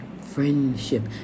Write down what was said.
friendship